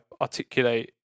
articulate